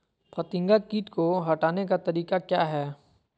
फतिंगा किट को हटाने का तरीका क्या है?